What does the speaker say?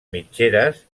mitgeres